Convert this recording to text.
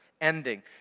ending